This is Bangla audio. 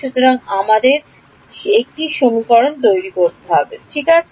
সুতরাং আমাদের ছিল ঠিক আছে